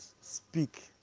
speak